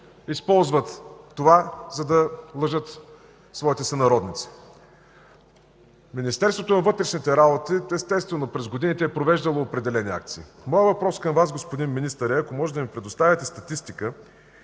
използват това, за да лъжат своите сънародници. Министерството на вътрешните работи естествено през годините е провеждало определени акции. Моят въпрос към Вас, господин Министър, е ако можете да ми представите статистика